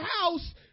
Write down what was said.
house